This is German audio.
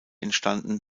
entstanden